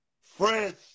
Friends